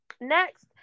next